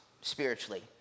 spiritually